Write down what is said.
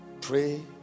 Pray